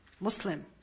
Muslim